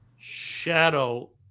Shadow